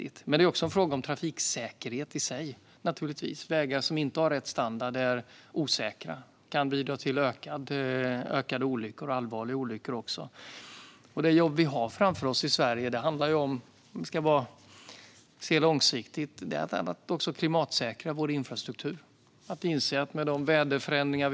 Men det är naturligtvis också en fråga om trafiksäkerhet i sig. Vägar som inte har rätt standard är osäkra och kan bidra till ett ökat antal olyckor och även allvarliga sådana. Det jobb vi har framför oss i Sverige handlar långsiktigt också om att klimatsäkra vår infrastruktur till följd av väderförändringar.